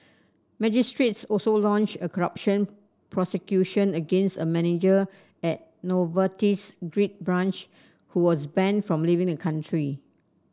magistrates also launched a corruption prosecution against a manager at Novartis's Greek branch who was banned from leaving the country